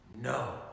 no